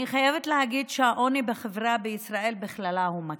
אני חייבת להגיד שהעוני בחברה בישראל בכללה הוא מכה.